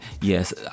yes